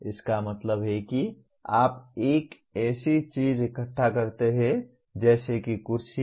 इसका मतलब है कि आप एक ऐसी चीज इकट्ठा करते हैं जैसे कि कुर्सियां